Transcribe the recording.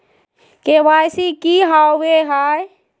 KYC की हॉबे हय?